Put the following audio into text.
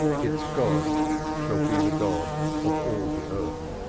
its god shall be the god of all the earth.